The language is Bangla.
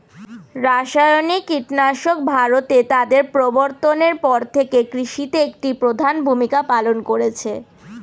রাসায়নিক কীটনাশক ভারতে তাদের প্রবর্তনের পর থেকে কৃষিতে একটি প্রধান ভূমিকা পালন করেছে